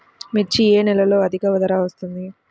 మిర్చి ఏ నెలలో అధిక ధర వస్తుంది?